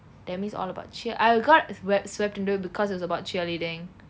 that means all about cheer I got is web swept into because it was about cheerleading